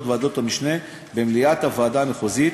ועדות המשנה במליאת הוועדה המחוזית,